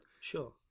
sure